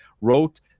wrote